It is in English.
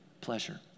pleasure